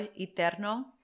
Eterno